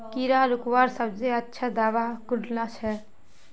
कीड़ा रोकवार सबसे अच्छा दाबा कुनला छे?